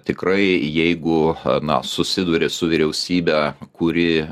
tikrai jeigu na susiduri su vyriausybe kuri